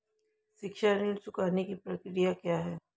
शिक्षा ऋण चुकाने की प्रक्रिया क्या है?